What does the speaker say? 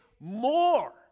more